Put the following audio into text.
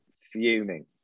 fuming